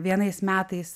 vienais metais